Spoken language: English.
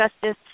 Justice